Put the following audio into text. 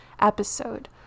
episode